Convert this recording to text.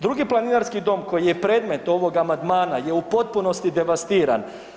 Drugi planinarski dom koji je predmet ovog amandmana je u potpunosti devastiran.